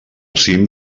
cim